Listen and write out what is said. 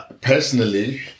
personally